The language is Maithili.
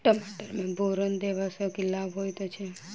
टमाटर मे बोरन देबा सँ की लाभ होइ छैय?